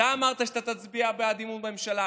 אתה אמרת שאתה תצביע בעד אמון בממשלה.